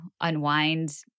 unwind